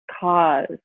cause